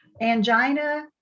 angina